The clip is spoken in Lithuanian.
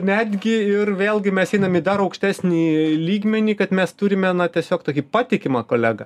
netgi ir vėlgi mes einam į dar aukštesnį lygmenį kad mes turime na tiesiog tokį patikimą kolegą